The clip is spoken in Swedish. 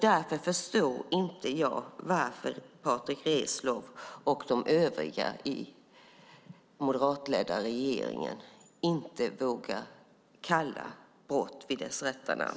Därför förstår inte jag varför Patrick Reslow och de övriga i den moderatledda regeringen inte vågar kalla brott vid dess rätta namn.